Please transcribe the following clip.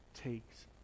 takes